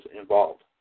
involved